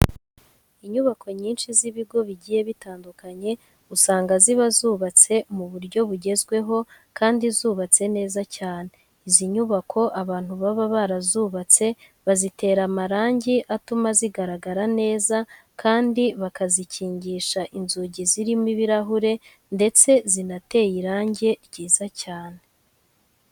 Inyubako nyinshi z'ibigo bigiye bitandukanye usanga ziba zubatse mu buryo bugezweho kandi zubatse neza cyane. Izi nyubako abantu baba barazubatse bazitera amarangi atuma zigaragara neza kandi bakazikingisha inzugi zirimo ibirahure ndetse zinateye irange ryiza cyane.